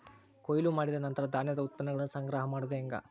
ಕೊಯ್ಲು ಮಾಡಿದ ನಂತರ ಧಾನ್ಯದ ಉತ್ಪನ್ನಗಳನ್ನ ಸಂಗ್ರಹ ಮಾಡೋದು ಹೆಂಗ?